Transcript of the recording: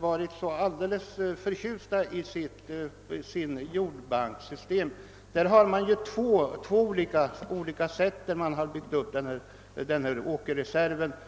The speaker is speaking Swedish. varit alldeles förtjusta i sitt jordbankssystem. De har byggt upp sin åkerreserv på två olika sätt.